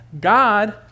God